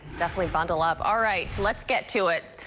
definitely bundle up. all right, let's get to it.